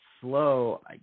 slow